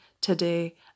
today